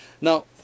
Now